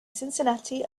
cincinnati